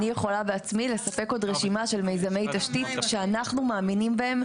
אני יכולה בעצמי לספק עוד רשימה של מיזמי תשתית שאנחנו מאמינים בהם.